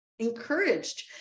encouraged